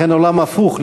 אכן עולם הפוך,